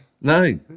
No